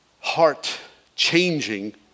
heart-changing